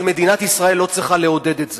אבל מדינת ישראל לא צריכה לעודד את זה.